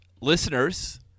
listeners